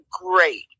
great